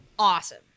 Awesome